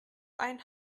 ein